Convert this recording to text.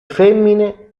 femmine